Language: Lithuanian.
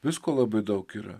visko labai daug yra